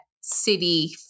city